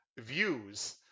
views